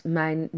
mijn